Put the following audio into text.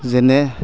যেনে